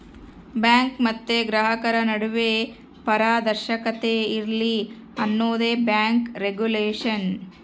bank ಮತ್ತೆ ಗ್ರಾಹಕರ ನಡುವೆ ಪಾರದರ್ಶಕತೆ ಇರ್ಲಿ ಅನ್ನೋದೇ ಬ್ಯಾಂಕ್ ರಿಗುಲೇಷನ್